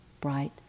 bright